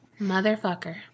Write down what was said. Motherfucker